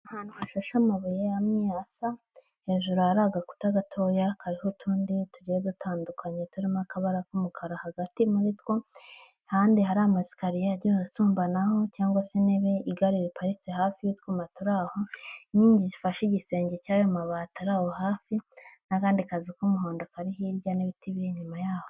Ahantu hashashe amabuye amwe asa, hejuru hari agakuta gatoya kariho utundi tugiye dutandukanye turimo akabara k'umukara hagati muri two, ahandi hari ama esikariye agiye asumbanaho cyangwa se intebe, igare riparitse hafi y'utwuma turi aho, inkingi zifashe igisenge cy'ayo mabati ari aho hafi n'akandi kazu k'umuhondo kari hirya n'ibiti biri inyuma yaho.